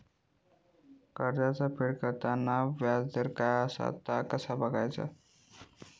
कर्जाचा फेड करताना याजदर काय असा ता कसा बगायचा?